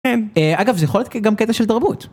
אגב זה יכול להיות גם קטע של תרבות.